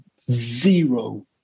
zero